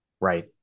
Right